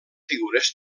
figures